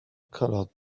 colored